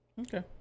Okay